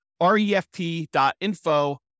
refp.info